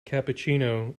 cappuccino